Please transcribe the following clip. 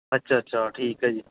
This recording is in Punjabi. ਅੱਛਾ ਅੱਛਾ ਠੀਕ ਹੈ ਜੀ